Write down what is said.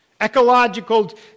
Ecological